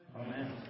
Amen